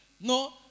no